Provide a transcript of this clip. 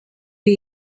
way